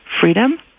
freedom